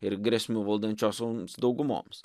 ir grėsmių valdančiosioms daugumoms